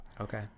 Okay